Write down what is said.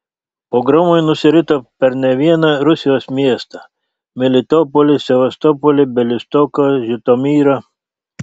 pogromai nusirito per ne vieną rusijos miestą melitopolį sevastopolį bialystoką žitomirą